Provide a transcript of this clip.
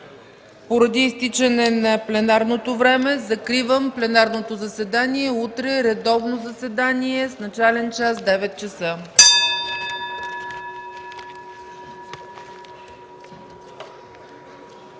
Поради изтичане на пленарното време, закривам пленарното заседание. Утре редовно заседание с начален час 9,00 ч.